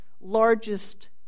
largest